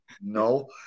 no